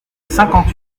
cinquante